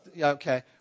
okay